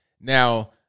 Now